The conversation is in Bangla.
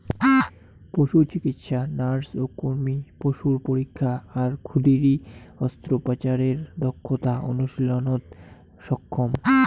পশুচিকিৎসা নার্স ও কর্মী পশুর পরীক্ষা আর ক্ষুদিরী অস্ত্রোপচারের দক্ষতা অনুশীলনত সক্ষম